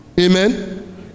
Amen